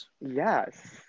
Yes